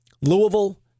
Louisville